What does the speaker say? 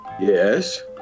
Yes